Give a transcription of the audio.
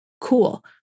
Cool